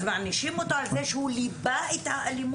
האם מענישים אותו על זה שהוא ליבה את האלימות?